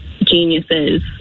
geniuses